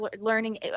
learning